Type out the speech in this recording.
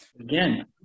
again